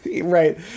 Right